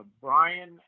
Brian